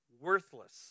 worthless